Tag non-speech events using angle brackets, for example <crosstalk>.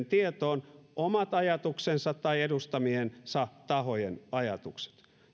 <unintelligible> tietoon omat ajatuksensa tai edustamiensa tahojen ajatukset